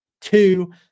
Two